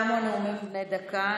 בני דקה.